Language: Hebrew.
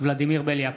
ולדימיר בליאק,